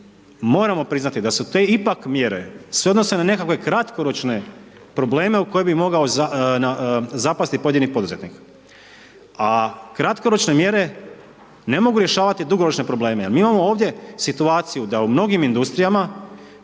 moramo priznati da se te ipak mjere sve odnose na nekakve kratkoročne probleme u koje bi mogao zapasti pojedini poduzetnik. A kratkoročne mjere ne mogu rješavati dugoročne probleme. Jer mi imamo ovdje situaciju da u mnogim industrijama,